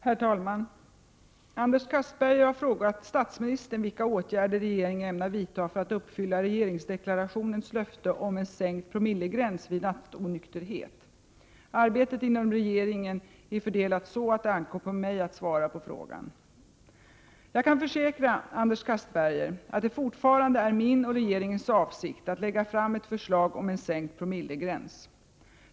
Herr talman! Anders Castberger har frågat statsministern vilka åtgärder regeringen ämnar vidta för att uppfylla regeringsdeklarationens löfte om en sänkt promillegräns vid rattonykterhet. Arbetet inom regeringen är fördelat så att det ankommer på mig att svara på frågan. Jag kan försäkra Anders Castberger att det fortfarande är min och regeringens avsikt att lägga fram ett förslag om en sänkt promillegräns.